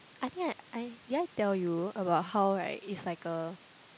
I think I I did I tell you about how right it's like a